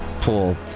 pool